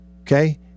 Okay